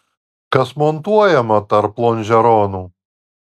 kas montuojama tarp lonžeronų